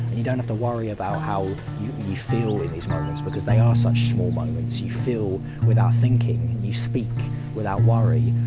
you don't have to worry about how you you feel in these moments, because they are such small moments. you feel without thinking, and you speak without worry.